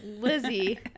Lizzie